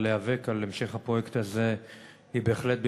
להיאבק על המשך הפרויקט הזה הן בהחלט במקומן,